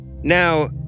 Now